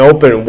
Open